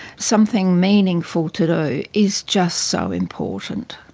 something meaningful to do is just so important.